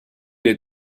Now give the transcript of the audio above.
der